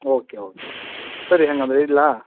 okay okay ಸರಿ ಹಾಗಂದ್ರೆ ಇಡಲಾ